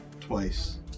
twice